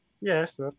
Yes